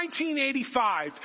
1985